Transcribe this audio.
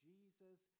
Jesus